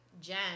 Jen